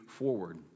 Forward